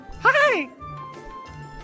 hi